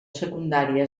secundària